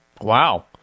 wow